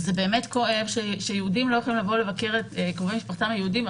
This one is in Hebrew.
זה באמת כואב שיהודים לא יכולים לבוא לבקר את קרובי משפחתם היהודים.